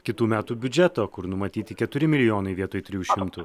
kitų metų biudžetą kur numatyti keturi milijonai vietoj trijų šimtų